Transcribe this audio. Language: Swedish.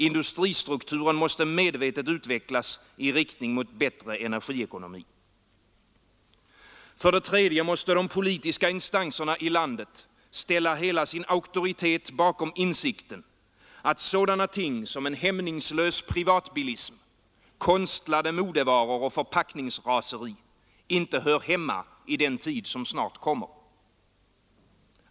Industristrukturen måste medvetet utvecklas i riktning mot bättre energiekonomi. För det tredje måste de politiska instanserna i landet ställa hela sin auktoritet bakom insikten att sådana ting som en hämningslös privatbilism, konstlade modevaror och förpackningsraseri inte hör hemma i den tid som snart kommer.